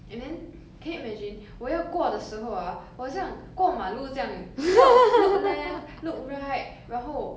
and then can you imagine 我要过的时候 ah 我很像过马路这样 eh 要 look left look right 然后